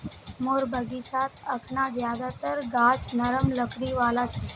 मोर बगीचात अखना ज्यादातर गाछ नरम लकड़ी वाला छ